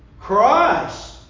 Christ